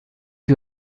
you